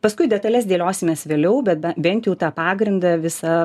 paskui detales dėliosimės vėliau bet bent jau tą pagrindą visą